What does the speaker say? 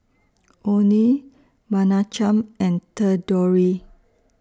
Onie Menachem and Thedore